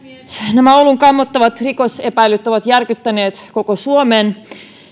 nämä oulun kammottavat rikosepäilyt ovat järkyttäneet koko suomen